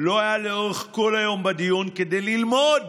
לא היה לאורך כל היום בדיון כדי ללמוד